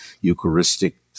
Eucharistic